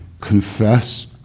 confess